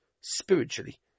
spiritually